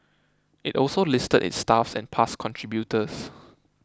it also listed its staff and past contributors